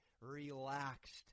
relaxed